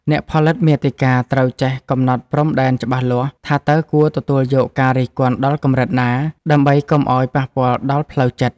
អ្នកផលិតមាតិកាត្រូវចេះកំណត់ព្រំដែនច្បាស់លាស់ ថាតើគួរទទួលយកការរិះគន់ដល់កម្រិតណា ដើម្បីកុំឱ្យប៉ះពាល់ដល់ផ្លូវចិត្ត។